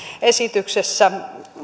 esityksessä